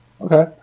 Okay